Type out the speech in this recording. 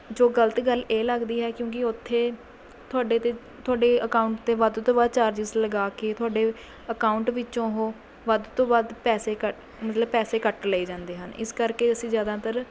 ਜੋ ਗਲਤ ਗੱਲ ਇਹ ਲੱਗਦੀ ਹੈ ਕਿਉਂਕਿ ਓਥੇ ਤੁਹਾਡੇ ਅਤੇ ਤੁਹਾਡੇ ਅਕਾਊਂਟ 'ਤੇ ਵੱਧ ਤੋਂ ਵੱਧ ਚਾਰਜਸ ਲਗਾ ਕੇ ਤੁਹਾਡੇ ਅਕਾਊਂਟ ਵਿੱਚੋਂ ਉਹ ਵੱਧ ਤੋਂ ਵੱਧ ਪੈਸੇ ਕੱਟ ਮਤਲਬ ਪੈਸੇ ਕੱਟ ਲਏ ਜਾਂਦੇ ਹਨ ਇਸ ਕਰਕੇ ਅਸੀਂ ਜਿਆਦਾਤਰ